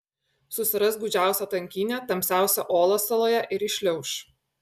susiras gūdžiausią tankynę tamsiausią olą saloje ir įšliauš